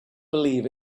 believe